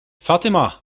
fatima